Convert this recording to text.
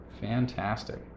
Fantastic